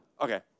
okay